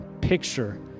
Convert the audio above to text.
picture